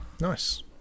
nice